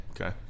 Okay